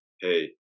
hey